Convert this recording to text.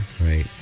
Right